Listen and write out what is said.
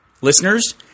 listeners –